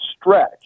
stretch